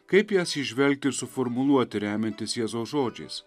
kaip jas įžvelgti ir suformuluoti remiantis jėzaus žodžiais